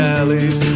alleys